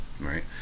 Right